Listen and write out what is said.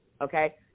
okay